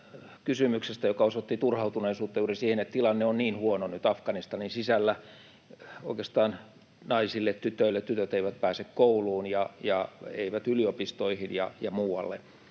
joka osoitti turhautuneisuutta juuri siihen, että tilanne on nyt niin huono Afganistanin sisällä oikeastaan naisille, tytöille. Tytöt eivät pääse kouluun eivätkä yliopistoihin ja muualle.